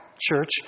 Church